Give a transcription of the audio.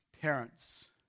parents